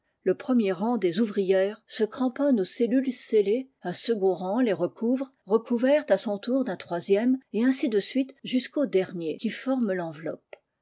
le premier rang des ouvrières se cramponne aux cellules scellées un second rang les recouvre recouvert à son tour d'un troisième et ainsi de suite jusqu'au dernier qui forme fenveloppe